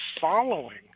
following